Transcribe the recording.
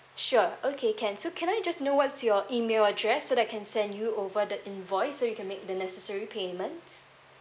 sure okay can so can I just know what's your email address so that I can send you over the invoice so you can make the necessary payments